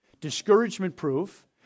discouragement-proof